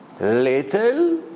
Little